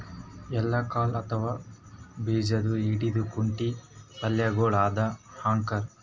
ಎಳ್ಳ ಕಾಳ್ ಅಥವಾ ಬೀಜದ್ದು ಹಿಂಡಿ ಕುಟ್ಟಿ ಪಲ್ಯಗೊಳ್ ದಾಗ್ ಹಾಕ್ತಾರ್